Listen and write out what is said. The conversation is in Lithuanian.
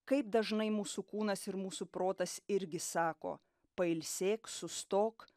kaip dažnai mūsų kūnas ir mūsų protas irgi sako pailsėk sustok